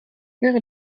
wäre